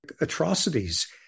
atrocities